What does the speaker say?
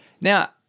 Now